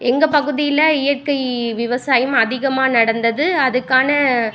எங்கள் பகுதியில் இயற்கை விவசாயம் அதிகமாக நடந்தது அதுக்கான